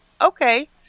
okay